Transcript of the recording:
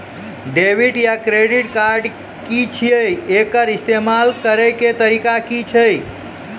Debit या credit card की छियै? एकर इस्तेमाल करैक तरीका की छियै?